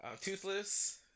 Toothless